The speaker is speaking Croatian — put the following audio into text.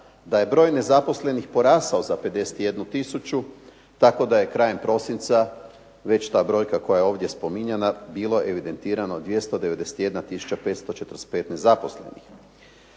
da je broj nezaposlenih porastao za 51 tisuću, tako da je krajem prosinca već ta brojka koja je ovdje spominjana bilo evidentirano 291 tisuća 545 nezaposlenih.